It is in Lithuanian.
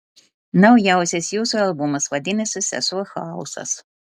naujausias jūsų albumas vadinasi sesuo chaosas